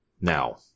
Now